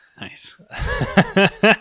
Nice